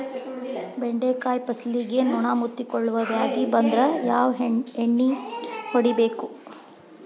ಬೆಂಡೆಕಾಯ ಫಸಲಿಗೆ ನೊಣ ಮುತ್ತಿಕೊಳ್ಳುವ ವ್ಯಾಧಿ ಬಂದ್ರ ಯಾವ ಎಣ್ಣಿ ಹೊಡಿಯಬೇಕು?